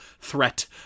threat